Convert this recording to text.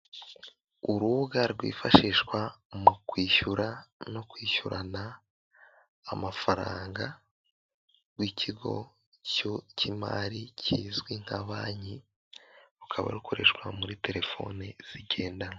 Urubuga rwifashishwa mu kwishyura no kwishyurana amafaranga rw'ikigo cy'imari kizwi nka banki rukaba rukoreshwa muri telefoni zigendanwa.